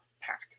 Pack